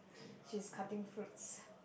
she's cutting fruits